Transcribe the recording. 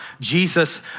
Jesus